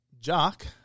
Jock